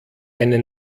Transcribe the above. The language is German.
eine